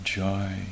joy